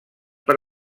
per